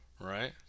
right